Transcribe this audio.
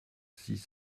six